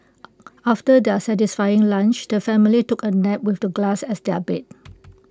after their satisfying lunch the family took A nap with the grass as their bed